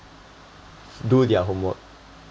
do their homework